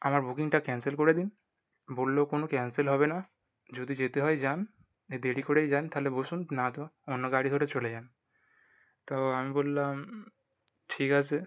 আমার বুকিংটা ক্যান্সেল করে দিন বললো কোনো ক্যান্সেল হবে না যদি যেতে হয় যান এই দেরি করেই যান তাহলে বসুন নয় তো অন্য গাড়ি ধরে চলে যান তো আমি বললাম ঠিক আছে